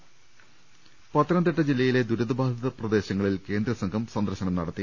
അർപ്പെട്ടറി പത്തനംതിട്ട ജില്ലയിലെ ദുരിതബാധിത പ്രദേശങ്ങളിൽ കേന്ദ്രസംഘം സന്ദർശനം നടത്തി